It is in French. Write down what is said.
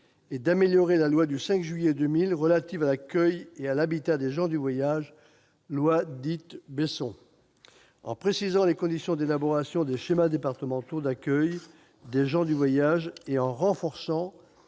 et d'améliorer la loi du 5 juillet 2000 relative à l'accueil et à l'habitat des gens du voyage, dite loi Besson, en précisant les conditions d'élaboration des schémas départementaux d'accueil des gens du voyage et en renforçant